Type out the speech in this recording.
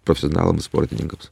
profesionalams sportininkams